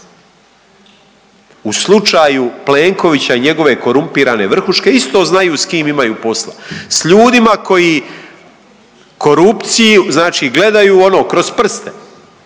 U slučaju Plenkovića i njegove korumpirane vrhuške isto znaju s kim imaju posla. S ljudima koji korupciju znači gledaju ono kroz prste